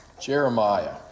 Jeremiah